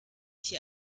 hier